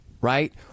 right